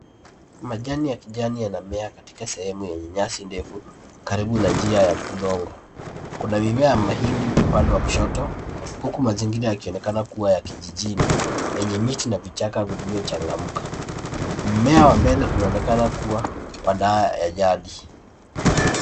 Majani ya kijani yanamea katika sehemu yenye nyasi ndefu karibu na njia ya udongo. Kuna mimea ya mahindi upande wa kushoto, huku mazingira yakionekana kuwa ya kijijini yenye miti na vichaka vilivyochangamka. Mmea wa mbele unaonekana kuwa wa dawa ya jadi.